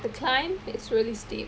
the climb is really steep